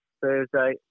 Thursday